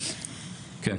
כן.